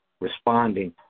responding